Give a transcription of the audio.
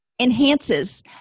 enhances